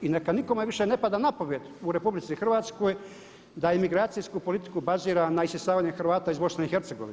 I neka nikome više ne pada na pamet u RH da imigracijsku politiku bazira na isisavanje Hrvata iz BiH.